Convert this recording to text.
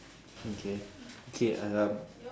okay okay um